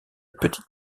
petite